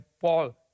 Paul